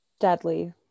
Deadly